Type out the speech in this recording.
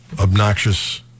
obnoxious